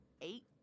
Eight